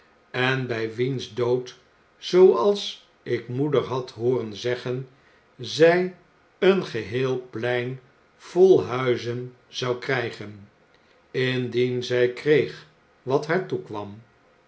en bij wiens dood zooals ik moeder had hooren zeggen zy een geheel plein vol huizen zou krijgen fl indien zy kreeg wat haar toekwam